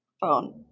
phone